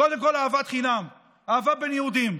קודם כול אהבת חינם, אהבה בין יהודים.